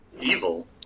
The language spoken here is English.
Evil